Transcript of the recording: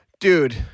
Dude